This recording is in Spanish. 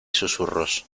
susurros